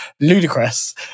ludicrous